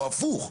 או הפוך?